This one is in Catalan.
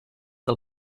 del